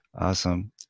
Awesome